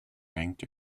ranked